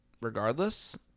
regardless